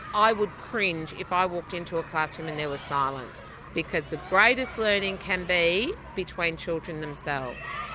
i would cringe if i walked into a classroom and there was silence, because the greatest learning can be between children themselves.